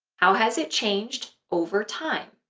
how has it changed over time?